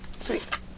Sweet